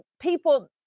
people